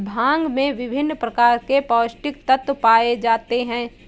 भांग में विभिन्न प्रकार के पौस्टिक तत्त्व पाए जाते हैं